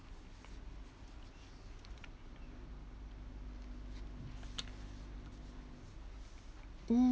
mm